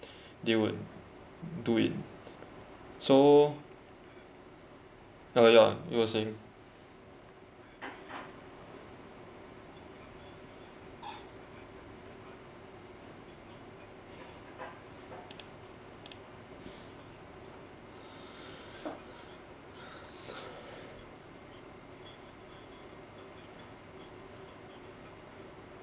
they would do it so ya ya you were saying